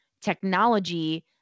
technology